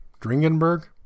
Dringenberg